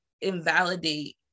invalidate